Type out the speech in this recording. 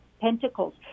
pentacles